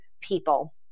people